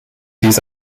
dies